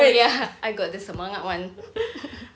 oh ya I got the semangat [one]